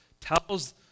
tells